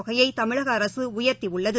தொகையை தமிழக அரசு உயர்த்தியுள்ளது